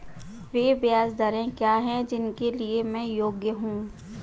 वे ब्याज दरें क्या हैं जिनके लिए मैं योग्य हूँ?